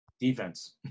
defense